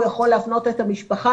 הוא יכול להפנות את המשפחה,